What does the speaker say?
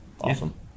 Awesome